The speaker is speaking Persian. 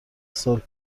سال